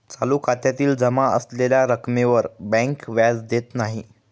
चालू खात्यातील जमा असलेल्या रक्कमेवर बँक व्याज देत नाही